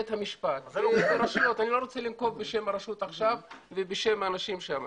אני לא רוצה לנקוב עכשיו בשם הרשות ובשם האנשים שם.